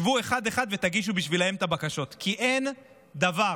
שבו אחד-אחד ותגישו בשבילם את הבקשות, כי אין דבר